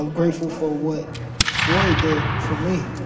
ah grateful for what floyd did for me,